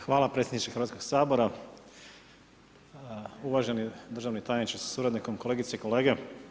Hvala predsjedniče Hrvatskog sabora, uvaženi državni tajniče sa suradnikom, kolegice i kolege.